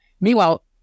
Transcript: Meanwhile